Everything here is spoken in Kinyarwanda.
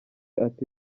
ati